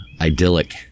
idyllic